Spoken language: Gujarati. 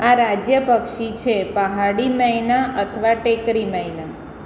આ રાજ્યપક્ષી છે પહાડી મૈના અથવા ટેકરી મૈના